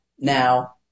Now